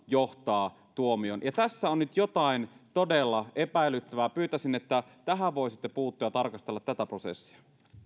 johtaa tuomioon tässä on nyt jotain todella epäilyttävää pyytäisin että tähän voisitte puuttua ja tarkastella tätä prosessia